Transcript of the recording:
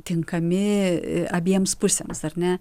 tinkami abiems pusėms ar ne